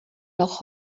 noch